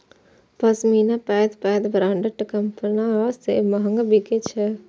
पश्मीना पैघ पैघ ब्रांडक कपड़ा सं महग बिकै छै